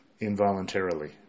involuntarily